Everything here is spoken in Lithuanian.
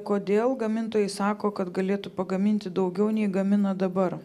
kodėl gamintojai sako kad galėtų pagaminti daugiau nei gamina dabar